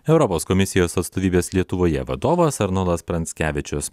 europos komisijos atstovybės lietuvoje vadovas arnoldas pranckevičius